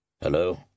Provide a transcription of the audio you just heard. Hello